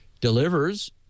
delivers